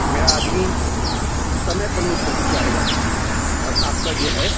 मेरा आदमी समय पर में पहुँच जाएगा और आपका जो है